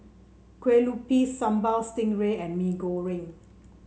Kueh Lupis Sambal Stingray and Mee Goreng